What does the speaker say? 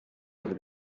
over